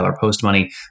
post-money